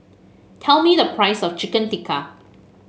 tell me the price of Chicken Tikka